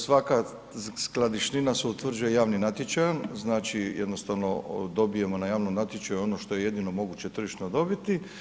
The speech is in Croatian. Svaka skladišnina se utvrđuje javnim natječajem, znači jednostavno dobijemo na javnom natječaju ono što je jedino moguće tržišno dobiti.